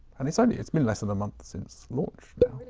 and it's only, it's been less than a month since launch.